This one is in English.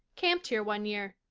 camped here one year,